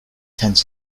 tenths